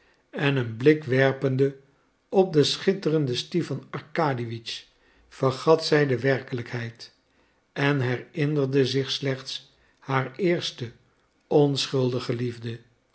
en een blik werpende op den schitterenden stipan arkadiewitsch vergat zij de werkelijkheid en herinnerde zich slechts haar eerste onschuldige liefde